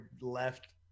left